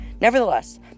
Nevertheless